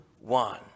one